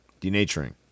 Denaturing